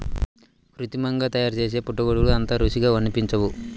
కృత్రిమంగా తయారుచేసే పుట్టగొడుగులు అంత రుచిగా అనిపించవు